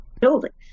buildings